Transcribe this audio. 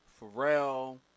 Pharrell